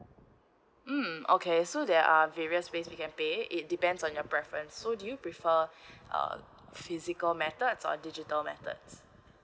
mm okay so there are various ways we can pay it depends on your preference so do you prefer uh physical methods or digital methods